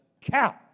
cow